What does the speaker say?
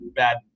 bad